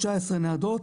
תשע עשרה ניידות